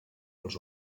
als